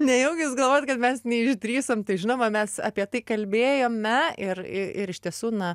nejaugi jūs galvojat kad mes neišdrįsom tai žinoma mes apie tai kalbėjome ir ir ir iš tiesų na